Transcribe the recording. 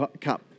cup